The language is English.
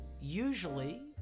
usually